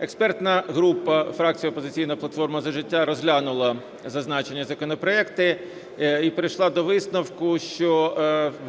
Експертна група фракції "Опозиційна платформа – За життя" розглянула зазначені законопроекти і прийшла до висновку, що